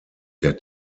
der